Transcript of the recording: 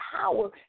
power